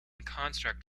construct